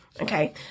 okay